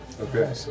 okay